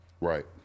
Right